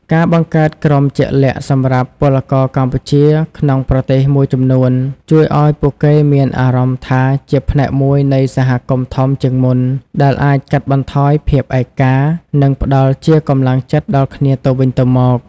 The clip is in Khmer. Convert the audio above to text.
ការបង្កើតក្រុមជាក់លាក់សម្រាប់ពលករកម្ពុជាក្នុងប្រទេសមួយចំនួន ជួយឲ្យពួកគេមានអារម្មណ៍ថាជាផ្នែកមួយនៃសហគមន៍ធំជាងមុន ដែលអាចកាត់បន្ថយភាពឯកា និងផ្តល់ជាកម្លាំងចិត្តដល់គ្នាទៅវិញទៅមក ។